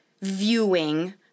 viewing